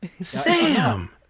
Sam